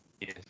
yes